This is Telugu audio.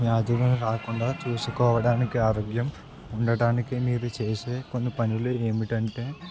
వ్యాధులు రాకుండా చూసుకోవడానికి ఆరోగ్యం ఉండటానికి మీరు చేసే కొన్ని పనులు ఏంటంటే